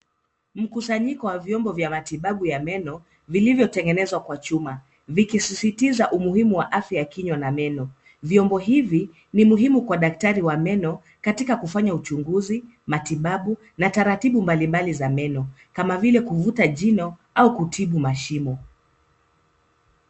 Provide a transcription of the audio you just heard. Mkusanyiko wa vyombo vya matibabu ya meno vilivyotengenezwa kwa chuma vikisisitiza afya ya kinywa cha meno. Vyombo hivi ni muhimu kwa daktari wa meno katika kufanya uchunguzi, matibabu na taratibu mbali mbali za meno kama vile kuvuta jino au kujaza shimo.